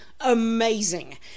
amazing